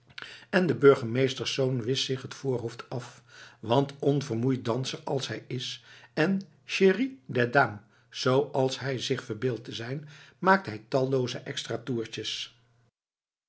en de burgemeesterszoon wischt zich het voorhoofd af want onvermoeid danser als hij is en chéri des dames zooals hij zich verbeeldt te zijn maakt hij tallooze extra toertjes